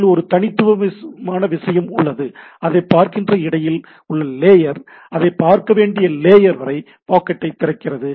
இதில் ஒரு தனித்துவமான விஷயம் உள்ளது அதை பார்க்கின்ற இடையில் உள்ள லேயர் அது பார்க்கவேண்டிய லேயர் வரை பாக்கெட்டைத் திறக்கிறது